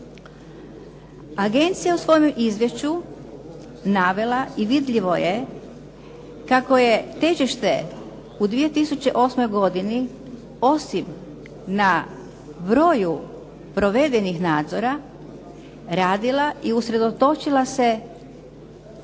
Agencija je u svojem izvješću navela i vidljivo je kako je težište u 2008. godini osim na broju provedenih nadzora radila i usredotočila se